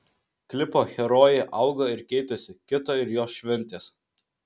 klipo herojė augo ir keitėsi kito ir jos šventės